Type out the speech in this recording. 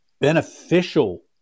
beneficial